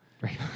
Right